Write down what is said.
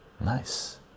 Nice